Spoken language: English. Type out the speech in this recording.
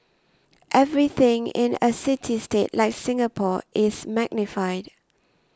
everything in a city state like Singapore is magnified